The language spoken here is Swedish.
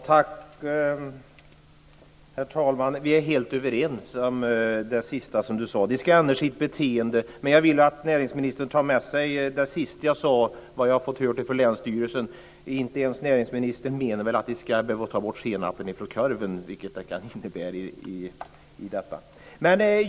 Herr talman! Vi är helt överens om det sista som näringsministern sade, nämligen att de ska ändra sitt beteende. Men jag vill att näringsministern tar med sig det sista som jag sade om vad jag hade hört från länsstyrelsen. Inte ens näringsministern menar väl att vi ska behöva ta bort senapen från korven, vilket det här kan innebära.